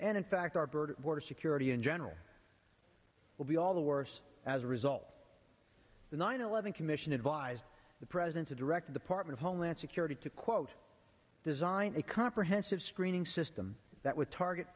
and in fact our burden border security in general will be all the worse as a result the nine eleven commission advised the president to direct the part of homeland security to quote design a comprehensive screening system that would target